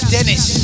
Dennis